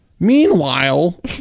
Meanwhile